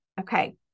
Okay